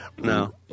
No